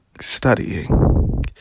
studying